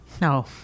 No